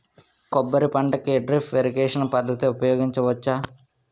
కొబ్బరి పంట కి డ్రిప్ ఇరిగేషన్ పద్ధతి ఉపయగించవచ్చా?